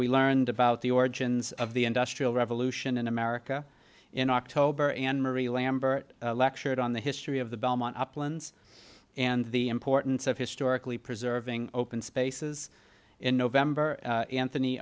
we learned about the origins of the industrial revolution in america in october and marie lambert lectured on the history of the belmont uplands and the importance of historically preserving open spaces in november